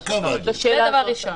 זה דבר ראשון.